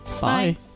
Bye